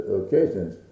occasions